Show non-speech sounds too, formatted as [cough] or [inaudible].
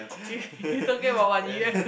you [laughs] talking about Wan-Yu right